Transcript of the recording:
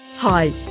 Hi